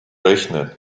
rechnen